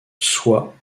soit